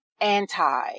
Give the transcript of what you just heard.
anti